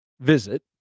visit